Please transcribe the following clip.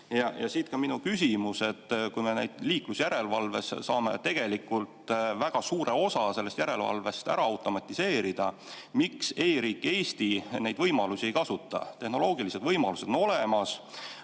Siit ka minu küsimus. Kui me liiklusjärelevalves saame tegelikult väga suure osa sellest järelevalvest ära automatiseerida, miks e‑riik Eesti neid võimalusi ei kasuta? Tehnoloogilised võimalused on olemas.